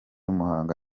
muhanga